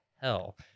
hell